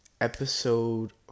Episode